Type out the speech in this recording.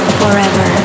forever